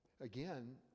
again